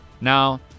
Now